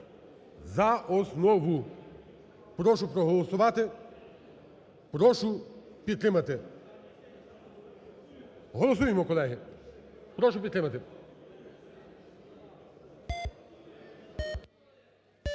за основу. Прошу проголосувати, прошу підтримати. Голосуємо колеги, прошу підтримати. 16:27:18